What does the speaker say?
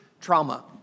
trauma